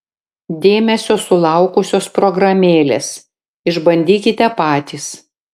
dėmesio sulaukusios programėlės išbandykite patys